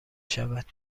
شود